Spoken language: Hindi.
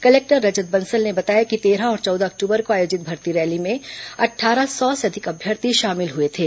कलेक्टर रजत बंसल ने बताया कि तेरह और चौदह अक्टूबर को आयोजित भर्ती रैली में शामिल अट्ठारह सौ से अधिक अभ्यर्थी शामिल हुए थे